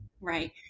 Right